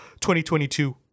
2022